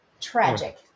tragic